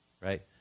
right